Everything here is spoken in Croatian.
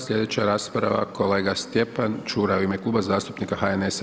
Sljedeća rasprava kolega Stjepan Čuraj u ime Kluba zastupnika HNS-a.